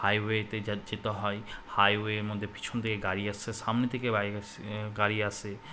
হাইওয়েতে যেতে হয় হাইওয়ের মধ্যে পিছন থেকে গাড়ি আসছে সামনে থেকে বাইক গাড়ি আসে